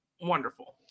wonderful